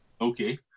Okay